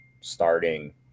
starting